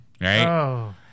Right